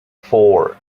four